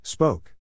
Spoke